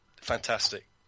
Fantastic